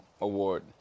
award